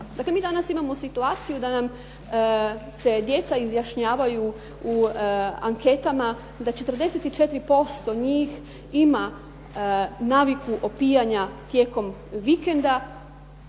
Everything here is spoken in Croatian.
Dakle, mi danas imamo situaciju da nam se djeca izjašnjavaju u anketama da 44% njih ima naviku opijanja tijekom vikenda,